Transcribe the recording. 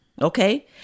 Okay